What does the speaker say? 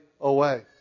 away